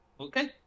Okay